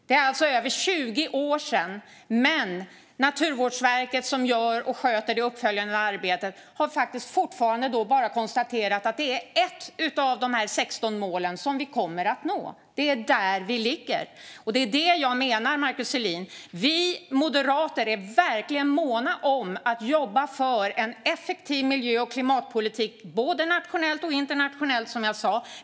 Det är alltså över 20 år sedan, men Naturvårdsverket, som sköter det uppföljande arbetet, har konstaterat att vi bara kommer att nå ett av de 16 målen - det är där vi ligger. Det är detta jag menar, Markus Selin. Vi moderater är verkligen måna om att jobba för en effektiv miljö och klimatpolitik, både nationellt och internationellt, som jag sa.